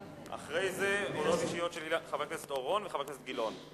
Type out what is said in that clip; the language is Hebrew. אחרי זה הודעות אישיות של חבר הכנסת אורון וחבר הכנסת גילאון.